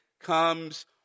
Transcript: comes